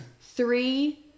three